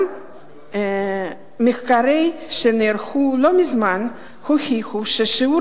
גם מחקרים שנערכו לא מזמן הוכיחו ששיעור